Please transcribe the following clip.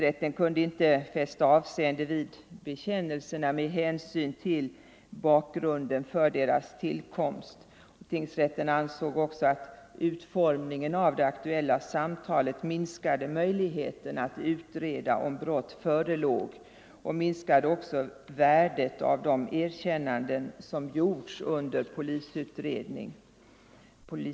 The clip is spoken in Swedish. Denna kunde inte fästa något avseende vid bekännelserna med hänsyn till bakgrunden — Nr 126 för deras tillkomst. Tingsrätten ansåg också att utformningen av det ak Torsdagen den tuella samtalet minskade möjligheten att utreda om brott förelåg och 21 november 1974 även minskade värdet av de erkännanden som gjorts under polisuutred= —— ningen. Ang.